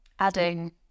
adding